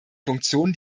funktion